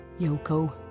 Yoko